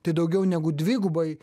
tai daugiau negu dvigubai